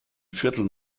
viertel